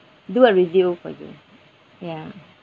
do a review for you ya